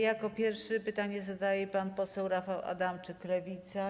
Jako pierwszy pytanie zadaje pan Rafał Adamczyk, Lewica.